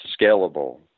scalable